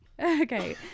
okay